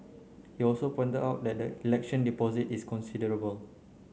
he also pointed out that the election deposit is considerable